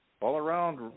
all-around